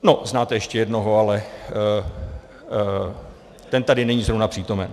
No, znáte ještě jednoho, ale ten tady není zrovna přítomen.